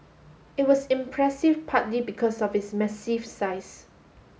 it was impressive partly because of its massive size